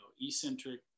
eccentric